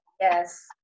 Yes